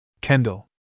Kendall